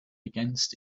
against